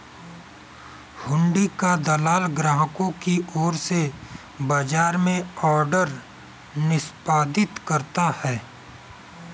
हुंडी का दलाल ग्राहकों की ओर से बाजार में ऑर्डर निष्पादित करता है